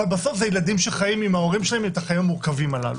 אבל בסוף זה ילדים שחיים עם ההורים שלהם את החיים המורכבים הללו.